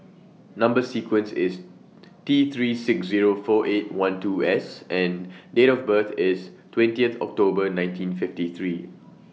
Number sequence IS T three six Zero four eight one two S and Date of birth IS twentieth October nineteen fifty three